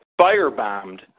firebombed